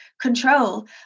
control